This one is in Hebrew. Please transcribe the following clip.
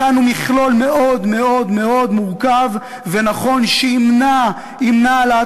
הכנו מכלול מאוד מאוד מאוד מורכב ונכון שימנע העלאת